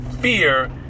fear